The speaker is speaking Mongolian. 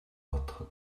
бодоход